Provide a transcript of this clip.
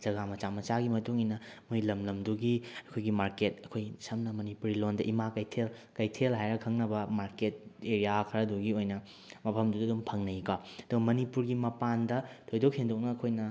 ꯖꯒꯥ ꯃꯆꯥ ꯃꯆꯥꯒꯤ ꯃꯇꯨꯡꯏꯟꯅ ꯃꯣꯏ ꯂꯝ ꯂꯝꯗꯨꯒꯤ ꯑꯩꯈꯣꯏꯒꯤ ꯃꯥꯔꯀꯦꯠ ꯑꯩꯈꯣꯏꯒꯤ ꯁꯝꯅ ꯃꯅꯤꯄꯨꯔꯤ ꯂꯣꯟꯗ ꯏꯃꯥ ꯀꯩꯊꯦꯜ ꯀꯩꯊꯦꯜ ꯍꯥꯏꯔ ꯈꯪꯅꯕ ꯃꯥꯔꯀꯦꯠ ꯑꯦꯔꯤꯌꯥ ꯈꯔꯗꯨꯒꯤ ꯑꯣꯏꯅ ꯃꯐꯝꯗꯨꯗ ꯑꯗꯨꯝ ꯐꯪꯅꯩ ꯀꯣ ꯑꯗꯨ ꯃꯅꯤꯄꯨꯔꯒꯤ ꯃꯄꯥꯟꯗ ꯊꯣꯏꯗꯣꯛ ꯍꯦꯟꯗꯣꯛꯅ ꯑꯩꯈꯣꯏꯅ